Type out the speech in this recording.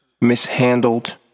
mishandled